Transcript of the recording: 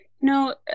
no